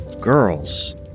Girls